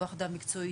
כוח אדם מקצועי.